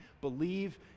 Believe